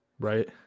right